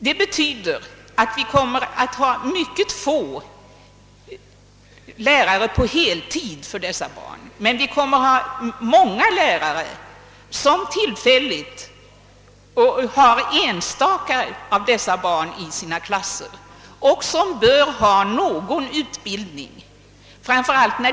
Det betyder att vi för dessa barn kommer att ha mycket få lärare på heltid men många lärare som tillfälligt har enstaka av dessa barn i sina klasser och som därför bör ha någon utbildning.